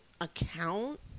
account